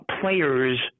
players